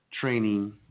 training